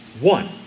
One